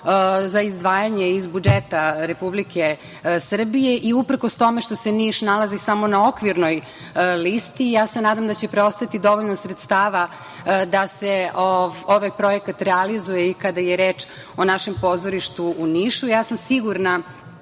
za izdvajanje iz budžeta Republike Srbije i uprkos tome što se Niš nalazi samo na okvirnoj listi, ja se nadam da će preostati dovoljno sredstava da se ovaj projekat realizuje i kada je reč o našem pozorištu u Nišu. Ja sam sigurna